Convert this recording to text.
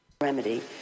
...remedy